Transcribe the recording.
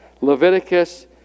Leviticus